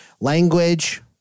language